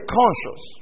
conscious